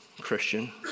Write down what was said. Christian